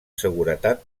seguretat